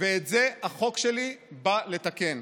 ואת זה החוק שלי בא לתקן.